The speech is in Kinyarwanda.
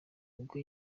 ubwo